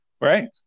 right